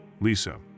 Lisa